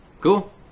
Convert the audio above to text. cool